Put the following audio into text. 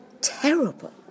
terrible